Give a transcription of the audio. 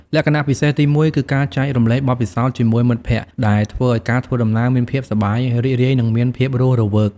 លក្ខណៈពិសេសទីមួយគឺការចែករំលែកបទពិសោធន៍ជាមួយមិត្តភក្តិ ដែលធ្វើឱ្យការធ្វើដំណើរមានភាពសប្បាយរីករាយនិងមានភាពរស់រវើក។